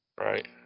right